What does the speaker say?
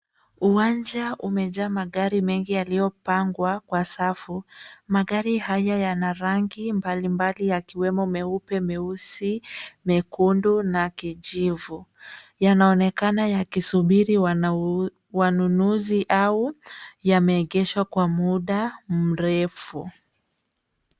Uwanja umejaa magari mengi yaliyopangwa kwa safu. Magari haya yana rangi mbalimbali yakiwemo meupe, meusi, mekundu na kijivu. Yanaonekana yakisubiri wanunuzi au yameegeshwa kwa muda mrefu.